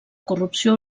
corrupció